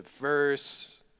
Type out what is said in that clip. Verse